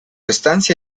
estancia